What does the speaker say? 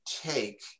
take